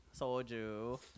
Soju